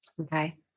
Okay